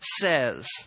says